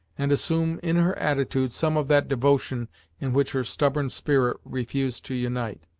and assume in her attitude some of that devotion in which her stubborn spirit refused to unite.